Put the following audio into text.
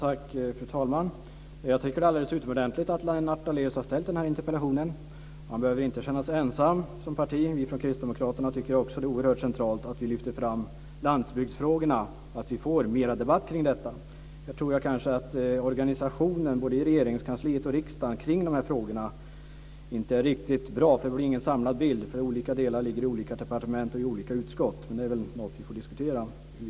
Fru talman! Jag tycker att det är alldeles utomordentligt att Lennart Daléus har ställt den här interpellationen. Han och hans parti behöver inte känna sig ensamma. Vi från Kristdemokraterna tycker nämligen också att det är oerhört centralt att lyfta fram landsbygdsfrågorna och att få mer debatter kring sådant här. Organisationen i både Regeringskansliet och riksdagen är kanske inte riktigt bra. Det blir ingen samlad bild därför att olika delar ligger på olika departement och i olika utskott. En förbättring där är nog något som vi får diskutera.